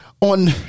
On